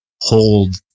hold